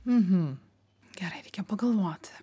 mhm gerai reikia pagalvoti